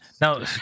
Now